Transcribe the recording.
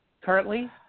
Currently